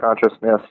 consciousness